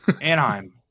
Anaheim